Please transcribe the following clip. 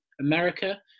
America